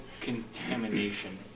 contamination